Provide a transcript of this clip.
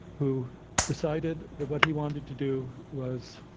who decided that what he wanted to do was,